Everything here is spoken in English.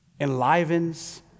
enlivens